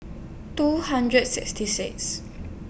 two hundred sixty six